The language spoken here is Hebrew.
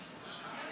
זה שונה?